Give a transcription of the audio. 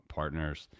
partners